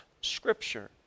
Scripture